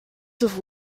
have